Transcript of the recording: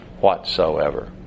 whatsoever